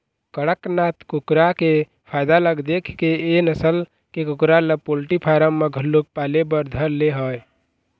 कड़कनाथ कुकरा के फायदा ल देखके ए नसल के कुकरा ल पोल्टी फारम म घलोक पाले बर धर ले हे